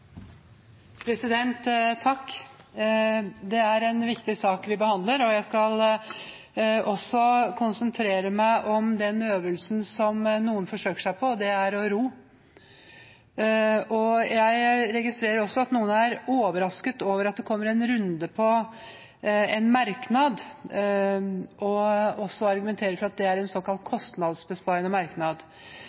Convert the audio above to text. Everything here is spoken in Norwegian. en viktig sak vi behandler, og jeg skal også konsentrere meg om den øvelsen som noen forsøker seg på. Det er å ro. Jeg registrerer også at noen er overrasket over at det kommer en runde på en merknad, og argumenterer for at det er en såkalt kostnadsbesparende merknad.